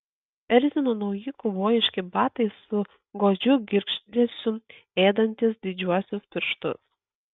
erzino nauji kaubojiški batai su godžiu girgždesiu ėdantys didžiuosius pirštus